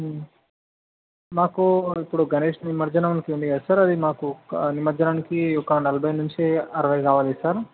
మాకు ఇప్పుడు గణేష్ నిమజ్జనం అనే ఉంది కదా సార్ అది మాకు నిమజ్జనానికి ఒక నలభై నుంచి అరవై కావాలి సార్